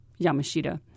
Yamashita